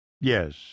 Yes